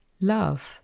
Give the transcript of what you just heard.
love